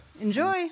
Enjoy